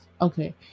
Okay